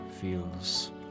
feels